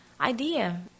idea